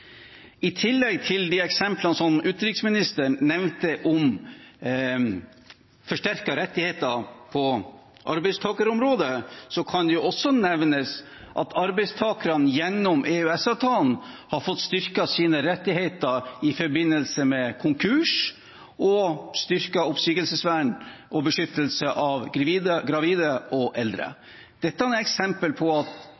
I tillegg til de eksemplene som utenriksministeren nevnte om forsterkede rettigheter på arbeidstakerområdet, kan det nevnes at arbeidstakerne gjennom EØS-avtalen har fått styrket sine rettigheter i forbindelse med konkurs, styrket oppsigelsesvern og beskyttelse av gravide og